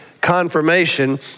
confirmation